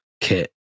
kit